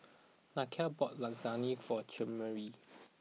Nakia bought Lasagne for Chimere